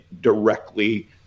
directly